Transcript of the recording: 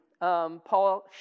Paul